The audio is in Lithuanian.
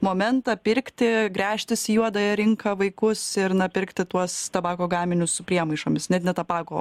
momentą pirkti gręžtis į juodąją rinką vaikus ir na pirkti tuos tabako gaminius su priemaišomis net ne tabako